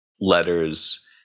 letters